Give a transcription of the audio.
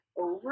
over